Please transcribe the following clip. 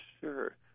Sure